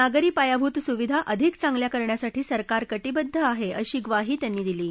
नागरी पायाभूत सुविधा अधिक चांगल्या करण्यासाठी सरकार कटिबद्ध आहे अशी ग्वाही त्यांनी दिली आहे